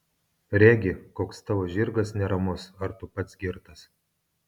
regi koks tavo žirgas neramus ar tu pats girtas